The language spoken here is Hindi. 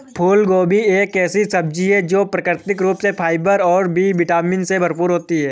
फूलगोभी एक ऐसी सब्जी है जो प्राकृतिक रूप से फाइबर और बी विटामिन से भरपूर होती है